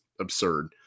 absurd